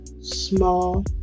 small